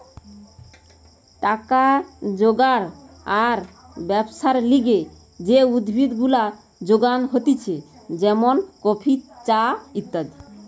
টাকা রোজগার আর ব্যবসার লিগে যে উদ্ভিদ গুলা যোগান হতিছে যেমন কফি, চা ইত্যাদি